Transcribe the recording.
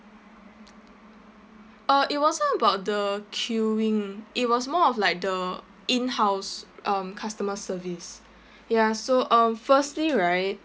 uh it wasn't about the queuing it was more of like the in-house um customer service ya so uh firstly right